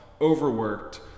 overworked